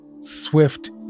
swift